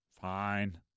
fine